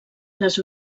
les